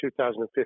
2015